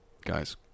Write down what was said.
guys